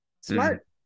smart